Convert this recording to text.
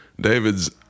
David's